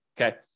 okay